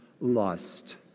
Lust